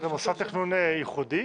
זה מוסד תכנון ייחודי?